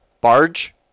Barge